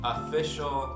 Official